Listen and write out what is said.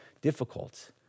difficult